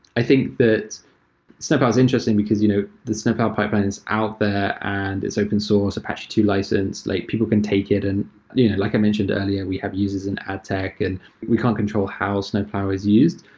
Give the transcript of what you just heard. i think that snowplow is interesting because you know the snowplow pipeline is out there and it's open source, apache two licensed. like people can take it. and yeah like i mentioned earlier, we have users in adtech and we can't control how snowplow was used.